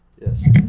Yes